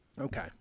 Okay